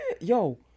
yo